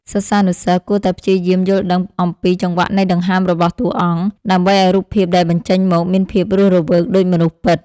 សិស្សានុសិស្សគួរតែព្យាយាមយល់ដឹងអំពីចង្វាក់នៃដង្ហើមរបស់តួអង្គ ដើម្បីឱ្យរូបភាពដែលបញ្ចេញមកមានភាពរស់រវើកដូចមនុស្សពិត។